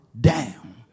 down